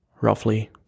roughly